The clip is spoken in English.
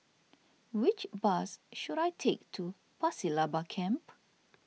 which bus should I take to Pasir Laba Camp